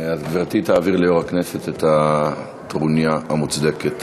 אז גברתי תעביר ליושב-ראש הכנסת את הטרוניה המוצדקת.